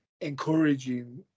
encouraging